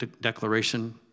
declaration